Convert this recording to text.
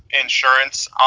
insurance